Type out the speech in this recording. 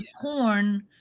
corn